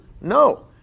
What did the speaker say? No